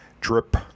drip